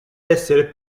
essere